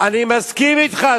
אני מסכים אתך,